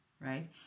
Right